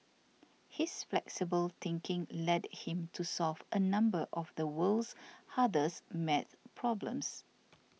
his flexible thinking led him to solve a number of the world's hardest math problems